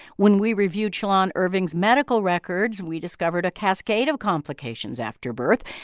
when we reviewed shalon irving's medical records we discovered a cascade of complications after birth.